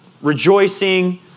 rejoicing